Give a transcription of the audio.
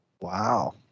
Wow